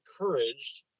encouraged